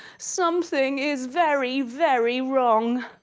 something is very very wrong.